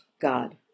God